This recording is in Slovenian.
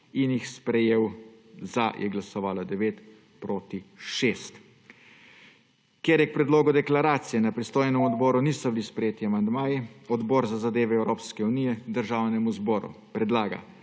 in jih sprejel, za je glasovalo devet, proti šest. Ker k predlogu deklaracije na pristojnem odboru niso bili sprejeti amandmaji, Odbor za zadeve Evropske unije Državnemu zboru predlaga,